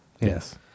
Yes